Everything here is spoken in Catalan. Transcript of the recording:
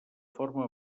forma